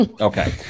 Okay